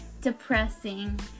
depressing